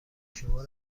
شما